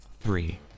Three